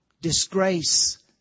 Disgrace